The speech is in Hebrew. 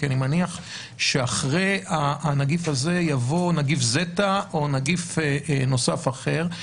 כי אני מניח שאחרי הנגיף הזה יבוא נגיף זיתא או נגיף נוסף אחר.